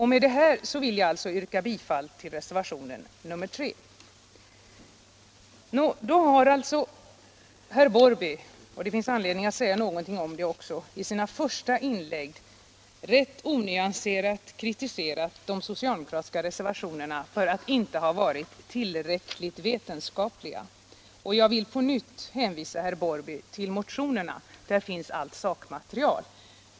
Herr Larsson i Borrby har i sina första inlägg — det finns anledning att säga någonting om det också — rätt onyanserat kritiserat de socialdemokratiska reservationerna för att inte ha varit tillräckligt vetenskapliga. Jag vill på nytt hänvisa herr Larsson till motionerna. Där finns allt sakmaterial.